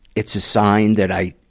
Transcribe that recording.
it's a sign that i,